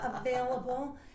available